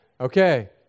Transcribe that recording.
okay